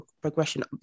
progression